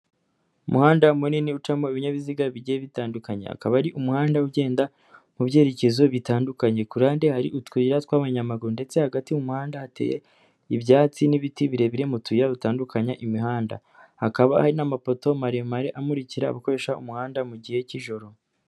Umuhanda munini ucamo ibinyabiziga bigiye bitandukanya, akaba ari umuhanda ugenda mu byerekezo bitandukanye, ku ruhande hari utuyira tw'abanyamaguru ndetse hagati y'uwo muhanda hateye ibyatsi n'ibiti birebire mu tuyira dutandukanya imihanda, hakaba hari n'amapoto maremare amurikira abakoresha umuhanda mu gihe k'ijoro.